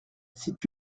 c’est